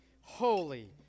holy